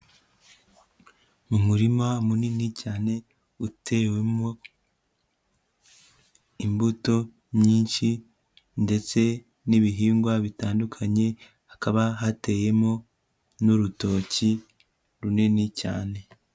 Mu murima munini cyane, utewemo imbuto nyinshi ndetse n'ibihingwa bitandukanye, hakaba hateyemo n'urutoki runini cyane.